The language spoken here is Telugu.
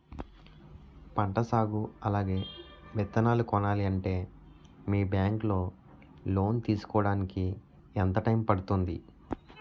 పంట సాగు అలాగే విత్తనాలు కొనాలి అంటే మీ బ్యాంక్ లో లోన్ తీసుకోడానికి ఎంత టైం పడుతుంది?